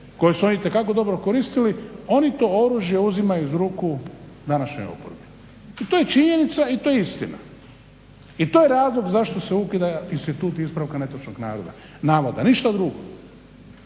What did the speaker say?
koje su oni itekako dobro koristili, oni to oružje uzimaju iz ruku današnjoj oporbi. I to je činjenica i to je istina i to je razlog zašto se ukida institut ispravka netočnog navoda, ništa drugo.